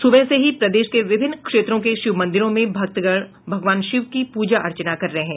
सुबह से ही प्रदेश के विभिन्न क्षेत्रों के शिव मंदिरों में भक्तगण भगवान शिव की पूर्जा अर्चना कर रहे हैं